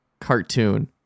Cartoon